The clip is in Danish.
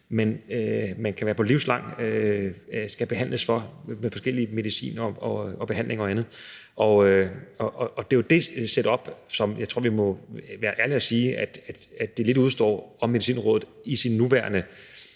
ellers ville kræve livslang behandling med forskellig medicin og andet. Det er jo i det setup, hvor vi må være ærlige at sige, at det lidt udestår, om Medicinrådet i sin nuværende